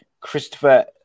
Christopher